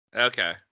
Okay